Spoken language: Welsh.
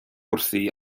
wrthi